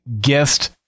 guest